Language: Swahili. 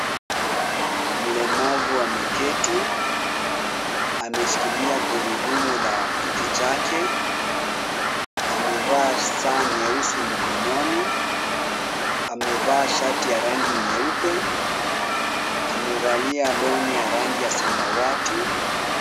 Mlemavu ameketi. Ameshikilia gurudumu la kiti chake. Amevaa saa nyeusi mkononi. Amevaa shati ya rangi nyeupe. Amevalia long'i ya rangi ya samawati.